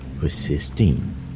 persisting